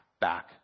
back